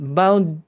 bound